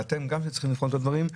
ואתם גם כן צריכים לבחון את הדברים.